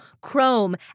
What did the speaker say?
chrome